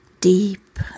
deep